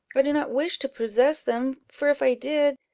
i do not wish to possess them for if i did,